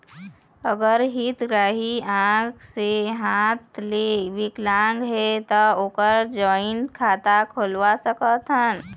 अगर हितग्राही आंख ले हाथ ले विकलांग हे ता ओकर जॉइंट खाता खुलवा सकथन?